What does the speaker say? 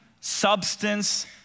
substance